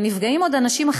ונפגעים עוד אנשים,